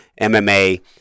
MMA